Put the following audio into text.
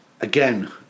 again